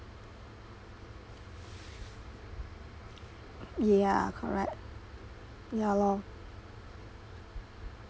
ya correct ya lor